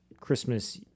Christmas